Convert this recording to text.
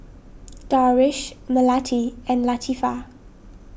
Darwish Melati and Latifa